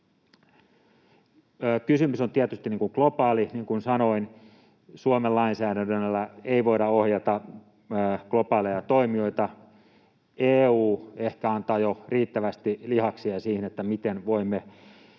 Kysymys on tietysti globaali, niin kuin sanoin. Suomen lainsäädännöllä ei voida ohjata globaaleja toimijoita. Ehkä EU jo antaa riittävästi lihaksia siihen, miten voimme